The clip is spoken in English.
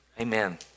Amen